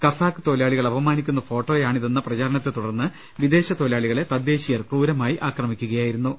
Kazakh തൊഴിലാളികളെ അപമാനിക്കുന്ന ഫോട്ടോയാണിതെന്ന പ്രചാരണത്തെ തുടർന്ന് വിദേശ തൊഴിലാളികളെ തദ്ദേശീയർ ക്രൂരമായി ആക്രമിക്കുകയായിരു ന്നു